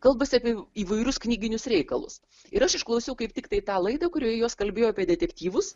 kalbasi apie įvairius knyginius reikalus ir aš išklausiau kaip tiktai tą laidą kurioje jos kalbėjo apie detektyvus